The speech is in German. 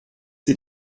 sie